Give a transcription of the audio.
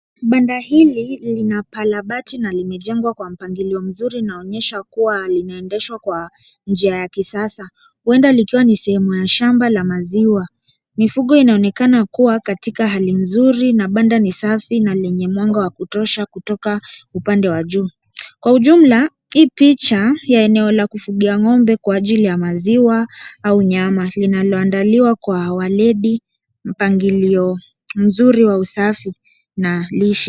Banda hili lina ukarabati na limejengwa kwa mpangilio mzuri na inaonyesha kuwa linaendeshwa kwa njia ya kisasa. Huenda likiwa ni sehemu ya shamba ya maziwa. Mifugo inaonekana kuwa katika hali nzuri na banda ni safi na lenye mwanga wa kutosha kutoka upande wa juu. Kwa ujumla hii picha la eneo la kufuga ng'ombe kwa ajili ya maziwa au nyama linaloandaliwa kwa hedhi mpangilio mzuri wa usafi na lishe.